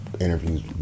interviews